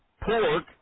pork